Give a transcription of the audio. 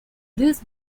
this